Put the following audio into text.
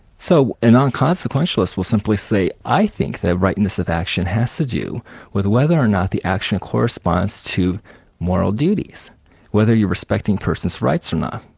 so a non-consequentialist will simply say, i think their rightness of action has to do with whether or not the action corresponds to moral duties whether you're respecting a person's rights or not.